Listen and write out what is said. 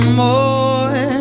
more